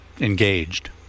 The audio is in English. engaged